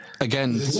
again